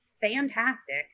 fantastic